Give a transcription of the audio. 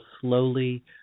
slowly